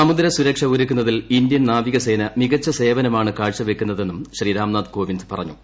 സമുദ്ര സുരക്ഷ ഒരുക്കുന്നത്തിൽ ഇന്ത്യൻ നാവിക സേന മികച്ച സേവനമാണ് കാഴ്ചവെക്കുന്നതെന്നും ശ്രീ രാംനാഥ് കോവിന്ദ് പറഞ്ഞു